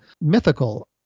mythical